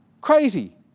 crazy